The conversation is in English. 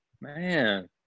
man